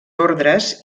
ordres